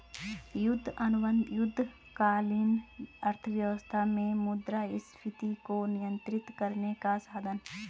युद्ध अनुबंध युद्धकालीन अर्थव्यवस्था में मुद्रास्फीति को नियंत्रित करने का साधन हैं